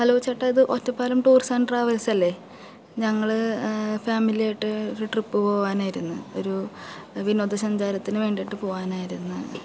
hello ചേട്ടാ ഇത് Ottapalam tours and travels അല്ലേ ഞങ്ങൾ ഫാമിലിയായിട്ട് ഒരു ട്രിപ്പ് പോകാനായിരുന്നു ഒരു വിനോദസഞ്ചാരത്തിനു വേണ്ടിയിട്ട് പോകാനായിരുന്നു